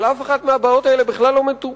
אבל אף אחת מהבעיות האלה לא מטופלת,